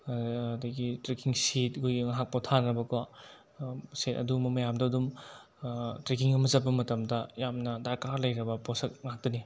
ꯑꯗꯒꯤ ꯇ꯭ꯔꯦꯛꯀꯤꯡ ꯁꯤꯠ ꯑꯩꯈꯣꯏꯒꯤ ꯉꯥꯏꯍꯥꯛ ꯄꯣꯠꯊꯥꯅꯕ ꯀꯣ ꯁꯦ ꯑꯗꯨꯒꯨꯝꯕ ꯃꯌꯥꯝꯗꯣ ꯑꯗꯨꯝ ꯇ꯭ꯔꯦꯛꯀꯤꯡ ꯑꯃ ꯆꯠꯄ ꯃꯇꯝꯗ ꯌꯥꯝꯅ ꯗꯥꯔꯀꯥꯔ ꯂꯩꯔꯕ ꯄꯣꯠꯁꯛ ꯉꯥꯛꯇꯅꯤ